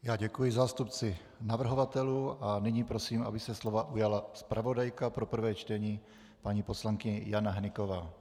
Já děkuji zástupci navrhovatelů a nyní prosím, aby se slova ujala zpravodajka pro prvé čtení paní poslankyně Jana Hnyková.